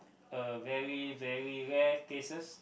a very very rare cases